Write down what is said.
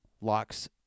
locks